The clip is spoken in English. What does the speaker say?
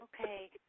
Okay